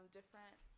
different